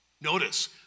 Notice